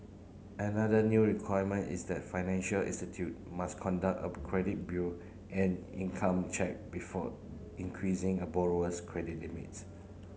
another new requirement is that financial institute must conduct a credit bureau and income check before increasing a borrower's credit limits